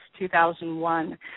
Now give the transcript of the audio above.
2001